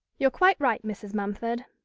you're quite right, mrs. mumford.